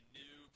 new